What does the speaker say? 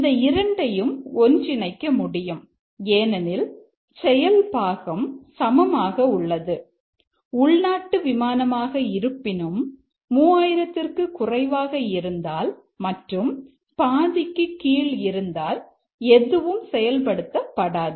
இந்த இரண்டையும் ஒன்றிணைக்க முடியும் ஏனெனில் செயல் பாகம் சமமாக உள்ளது உள்நாட்டு விமானமாக இருப்பினும் 3000 ற்கு குறைவாக இருந்தால் மற்றும் பாதிக்கு கீழ் இருந்தால் எதுவும் செயல்படுத்தபடாது